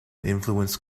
influenced